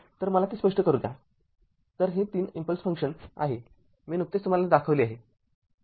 तर मला ते स्पष्ट करू द्या तर हे ३ इम्पल्स फंक्शन आहे मी नुकतेच तुम्हाला दाखविले आहे